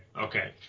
Okay